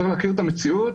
צריך להכיר את המציאות.